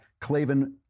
clavin